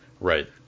Right